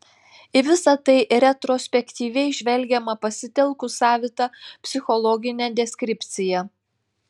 į visa tai retrospektyviai žvelgiama pasitelkus savitą psichologinę deskripciją